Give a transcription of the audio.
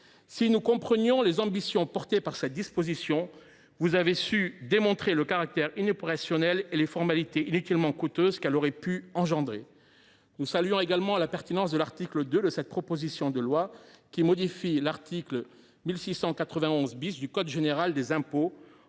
Si nous comprenions les ambitions liées à cette disposition, vous avez su en démontrer le caractère inopérant et les formalités inutilement coûteuses qu’elle aurait pu créer. Nous saluons également la pertinence de l’article 2 de la proposition de loi, qui modifie l’article 1691 du code général des impôts,